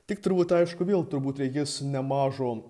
tik turbūt aišku vėl turbūt reikės nemažo